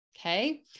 Okay